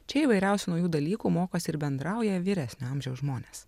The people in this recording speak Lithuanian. čia įvairiausių naujų dalykų mokosi ir bendrauja vyresnio amžiaus žmonės